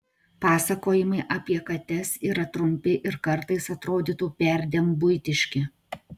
pasakojimai apie kates yra trumpi ir kartais atrodytų perdėm buitiški